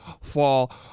fall